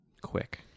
quick